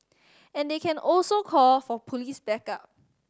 and they can also call for police backup